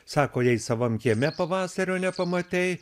sako jei savam kieme pavasario nepamatei